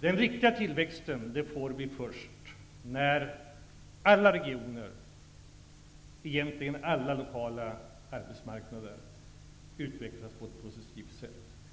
Den riktiga tillväxten får vi först när alla regioner och alla lokala arbetsmarknader utvecklas på ett positivt sätt.